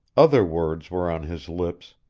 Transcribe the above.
other words were on his lips,